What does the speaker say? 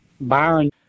Byron